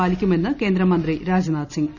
പാലിക്കുമെന്ന് കേന്ദ്രമന്ത്രി രാജ്നാഥ് സിംഗ്